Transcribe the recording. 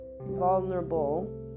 vulnerable